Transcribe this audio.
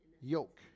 Yoke